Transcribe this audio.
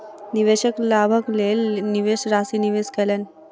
निवेशक लाभक लेल निवेश राशि निवेश कयलैन